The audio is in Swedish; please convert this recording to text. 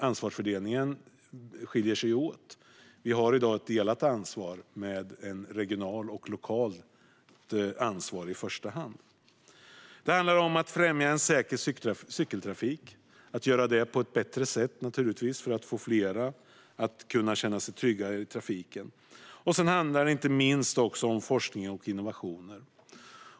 Ansvarsfördelningen skiljer ju sig åt. I dag finns ett delat ansvar, och i första hand är detta ansvar lokalt och regionalt. Det handlar också om att främja en säker cykeltrafik, och göra det på ett bättre sätt för att få fler att känna sig trygga i trafiken. Och det handlar inte minst också om forskning och innovationer.